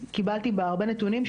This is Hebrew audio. שקיבלתי בה הרבה מאוד נתונים,